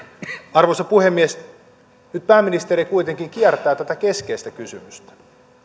arvoisa puhemies nyt pääministeri kuitenkin kiertää tätä keskeistä kysymystä